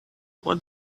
what